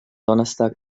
donnerstag